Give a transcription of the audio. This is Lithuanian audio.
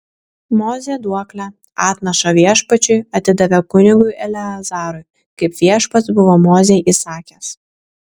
mozė duoklę atnašą viešpačiui atidavė kunigui eleazarui kaip viešpats buvo mozei įsakęs